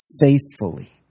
faithfully